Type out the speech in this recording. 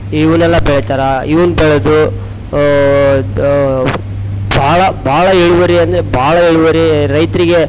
ಇವನ್ನೆಲ್ಲ ಬೆಳಿತಾರೆ ಇವ್ನ ಬೆಳೆದು ಭಾಳ ಭಾಳ ಇಳುವರಿ ಅಂದರೆ ಭಾಳ ಇಳುವರಿ ರೈತರಿಗೆ